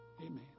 Amen